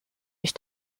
ich